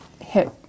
hit